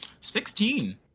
Sixteen